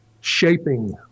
shaping